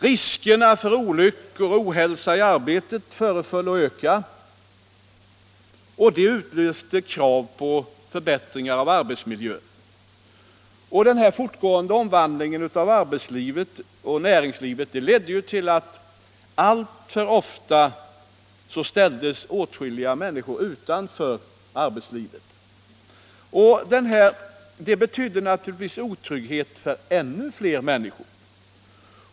Riskerna för olyckor och ohälsa i arbetet föreföll att öka, och det utlöste krav på förbättringar av arbetsmiljön. Denna fortgående omvandling av arbetslivet och näringslivet ledde till att åtskilliga människor alltför ofta ställdes utanför arbetslivet. Det betydde naturligtvis otrygghet för ännu fler människor.